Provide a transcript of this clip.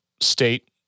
state